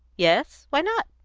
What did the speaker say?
yes why not?